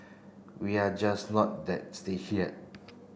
we are just not that stage yet